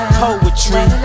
poetry